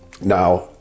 now